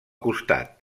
costat